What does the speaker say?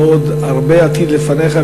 עוד עתיד גדול לפניך,